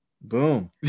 Boom